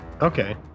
Okay